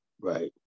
Right